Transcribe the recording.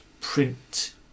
print